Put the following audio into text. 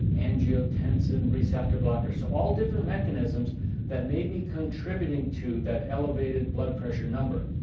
angiotensin receptor blockers, so all different mechanisms that may be contributing to that elevated blood pressure number.